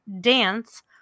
Dance